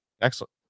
Excellent